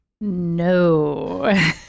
No